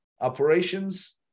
operations